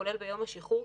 כולל ביום השחרור,